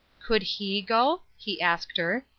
could he go? he asked her.